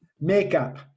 Makeup